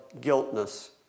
guiltness